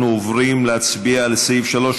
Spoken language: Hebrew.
אנחנו עוברים להצביע על סעיף 3,